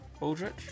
Aldrich